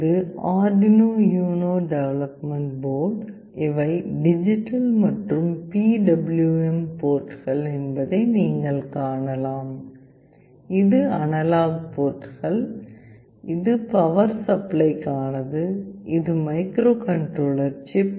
இது Arduino UNO development board இவை digital மற்றும் PWM போர்ட்கள் என்பதை நீங்கள் காணலாம் இது அனலாக் போர்ட்கள் இது பவர் சப்ளைக்கானது இது மைக்ரோகண்ட்ரோலர் சிப்